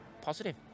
positive